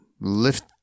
lift